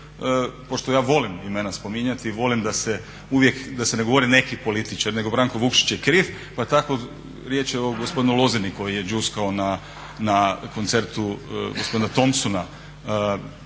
pošto ja volim imena spominjati, volim da se uvijek, da se ne govore neki političari nego Branko Vukšić je kriv, pa tako riječ je o gospodinu Loziniku koji je đuskao na koncertu gospodina Thompsona.